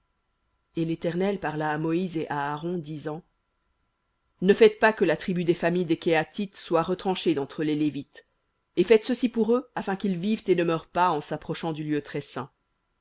et l'éternel parla à moïse et à aaron disant ne faites pas que la tribu des familles des kehathites soit retranchée d'entre les lévites et faites ceci pour eux afin qu'ils vivent et ne meurent pas en s'approchant du lieu très saint